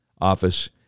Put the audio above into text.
office